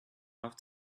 have